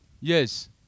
Yes